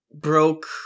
broke